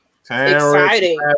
Exciting